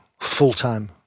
full-time